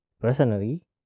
personally